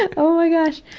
but oh my gosh.